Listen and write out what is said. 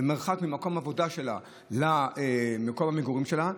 המרחק ממקום העבודה שלה למקום המגורים שלה,